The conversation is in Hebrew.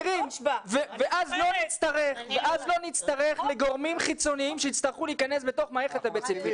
ואז לא נצטרך גורמים חיצוניים שיצטרכו להיכנס בתוך המערכת הבית-ספרית.